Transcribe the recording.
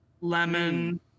lemon